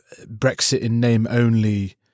Brexit-in-name-only